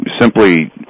simply